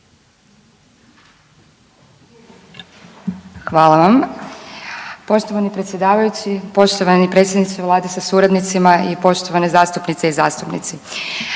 Hvala vam. Poštovani predsjedavajući, poštovani predsjedniče Vlade sa suradnicima i poštovane zastupnice i zastupnici.